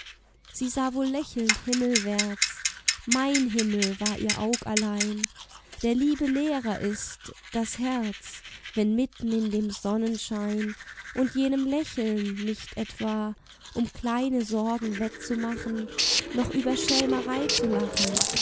sie sah wohl lächelnd himmelwärts mein himmel war ihr aug allein der liebe lehrer ist das herz wenn mitten in dem sonnenschein und jenem lächeln nicht etwa um kleine sorgen wett zu machen noch über schelmerei zu lachen